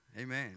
Amen